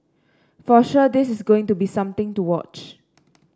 for sure this is going to be something to watch